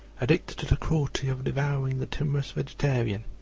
addicted to the cruelty of devouring the timorous vegetarian,